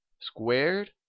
squared